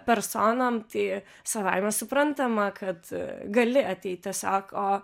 personom tai savaime suprantama kad gali ateit tiesiog o